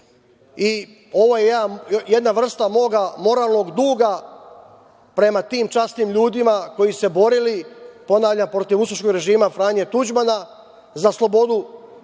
i ovo je jedna vrsta mog moralnog duga prema tim časnim ljudima koji su se borili, ponavljam, protiv ustaškog režima Franje Tuđmana za slobodu